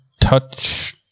touch